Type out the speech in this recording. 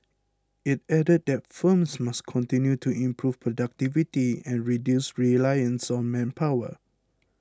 it added that firms must continue to improve productivity and reduce reliance on manpower